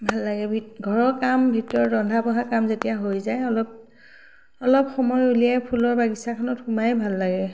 ভাল লাগে ভি ঘৰৰ কাম ভিতৰত ৰন্ধা বঢ়া কাম যেতিয়া হৈ যায় অলপ অলপ সময় উলিয়াই ফুলৰ বাগিচাখনত সোমাই ভাল লাগে